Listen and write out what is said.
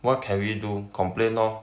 what can we do complain lor